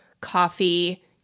coffee